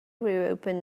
reopen